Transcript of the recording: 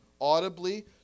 audibly